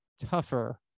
tougher